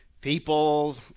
people